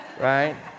right